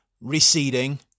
receding